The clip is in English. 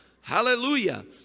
Hallelujah